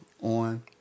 on